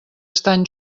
estan